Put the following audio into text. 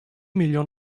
milyon